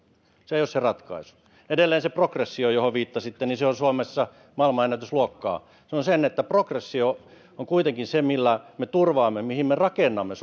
se ei ole se ratkaisu edelleen se progressio johon viittasitte on suomessa maailmanennätysluokkaa sanon sen että progressio on kuitenkin se millä me turvaamme mihin me rakennamme